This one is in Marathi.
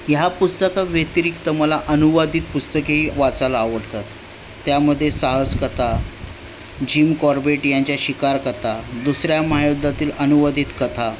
ह्या पुस्तकाव्यतिरिक्त मला अनुवादित पुस्तकेही वाचायला आवडतात त्यामधे साहस कथा जिम कॉर्बेट यांच्या शिकार कथा दुसऱ्या महायुद्धातील अनुवादित कथा